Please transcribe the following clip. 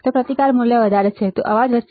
જો પ્રતિકાર મૂલ્ય વધારે છે તો અવાજ વધશે